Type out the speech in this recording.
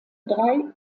drei